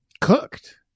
Cooked